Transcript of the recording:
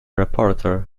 reporter